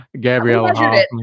Gabriella